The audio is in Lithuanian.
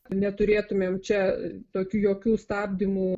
neturėtumėm čia tokiu jokių stabdymų